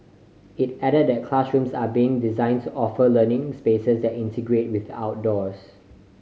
it added that classrooms are being designed to offer learning spaces that integrate with the outdoors